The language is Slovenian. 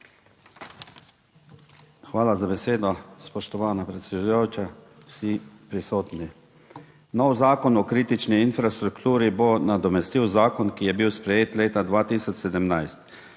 Hvala za besedo, spoštovana predsedujoča. Vsi prisotni! Nov Zakon o kritični infrastrukturi bo nadomestil zakon, ki je bil sprejet leta 2017.